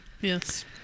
Yes